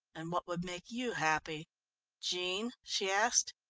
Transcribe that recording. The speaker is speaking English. and what would make you happy jean? she asked.